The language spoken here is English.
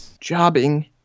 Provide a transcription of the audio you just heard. Jobbing